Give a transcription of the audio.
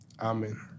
Amen